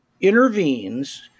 intervenes